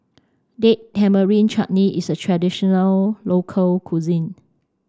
Date Tamarind Chutney is a traditional local cuisine